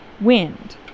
wind